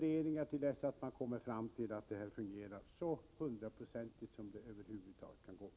Så håller man på till dess att man kommer fram till att utdelningen fungerar hundraprocentigt, eller åtminstone så bra som det över huvud taget är möjligt.